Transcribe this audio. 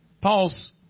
Paul's